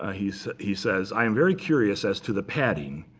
ah he he says, i am very curious as to the padding.